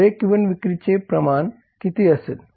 break even विक्रीचे प्रमाण किती असेल